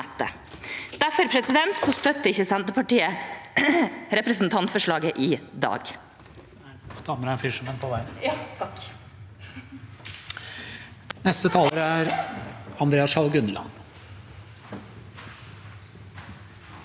Derfor støtter ikke Senterpartiet representantforslaget i dag.